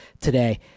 today